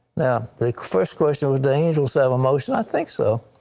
yeah the first question, do angels have a motion? i think so.